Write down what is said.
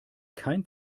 kein